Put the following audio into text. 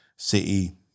City